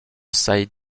saïd